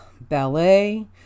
ballet